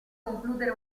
concludere